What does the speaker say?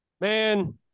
man